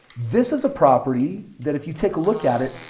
this is a property that if you take a look at it,